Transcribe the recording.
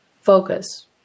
focus